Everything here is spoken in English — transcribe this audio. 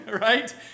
right